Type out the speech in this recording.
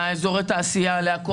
לאזורי התעשייה ולכול.